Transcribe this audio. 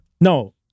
No